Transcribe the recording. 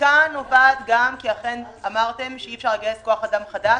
חלקה נובעת כי אי אפשר לגייס כוח אדם חדש,